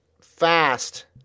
fast